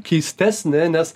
keistesnė nes